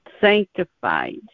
sanctified